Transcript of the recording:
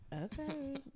Okay